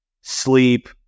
sleep